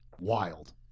Wild